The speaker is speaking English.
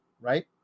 right